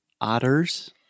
otters